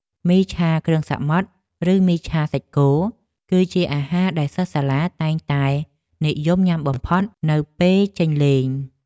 មីឆាគ្រឿងសមុទ្រឬមីឆាសាច់គោគឺជាអាហារដែលសិស្សសាលាតែងតែនិយមញ៉ាំបំផុតនៅពេលចេញលេង។